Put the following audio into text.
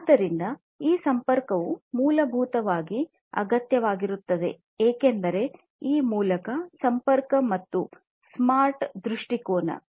ಆದ್ದರಿಂದ ಈ ಸಂಪರ್ಕವು ಮೂಲಭೂತವಾಗಿ ಅಗತ್ಯವಾಗಿರುತ್ತದೆ ಏಕೆಂದರೆ ಈ ಮೂಲಕ ಸಂಪರ್ಕ ಮತ್ತು ಸ್ಮಾರ್ಟ್ ದೃಷ್ಟಿಕೋನ ಆಗಿದೆ